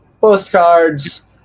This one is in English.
postcards